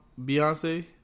Beyonce